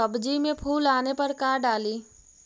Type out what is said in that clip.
सब्जी मे फूल आने पर का डाली?